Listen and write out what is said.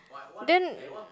then